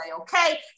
okay